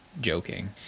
joking